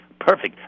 perfect